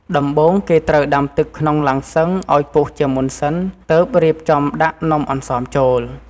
ដំបូងគេត្រូវដាំទឹកក្នុងឡាំងសុឹងឱ្យពុះជាមុនសិនទើបរៀបចំដាក់នំអន្សមចូល។